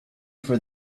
for